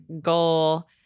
goal